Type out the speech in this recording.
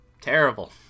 Terrible